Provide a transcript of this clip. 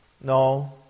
No